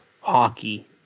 hockey